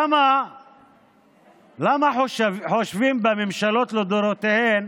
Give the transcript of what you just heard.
למה חושבים בממשלות לדורותיהן